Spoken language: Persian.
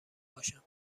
باشم